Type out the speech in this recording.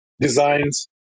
designs